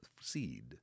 seed